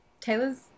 Taylor's